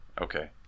Okay